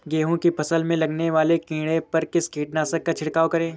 गेहूँ की फसल में लगने वाले कीड़े पर किस कीटनाशक का छिड़काव करें?